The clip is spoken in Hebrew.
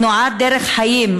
תנועת "דרך חיים",